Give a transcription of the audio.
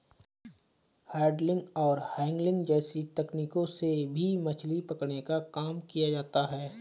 handling और angling जैसी तकनीकों से भी मछली पकड़ने का काम किया जाता है